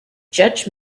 judge